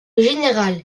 général